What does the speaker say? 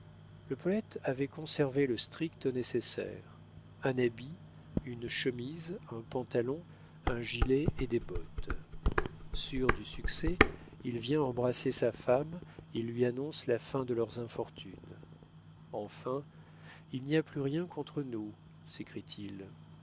le poète avait conservé le strict nécessaire un habit une chemise un pantalon un gilet et des bottes sûr du succès il vient embrasser sa femme il lui annonce la fin de leurs infortunes enfin il n'y a plus rien contre nous